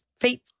feet